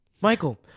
Michael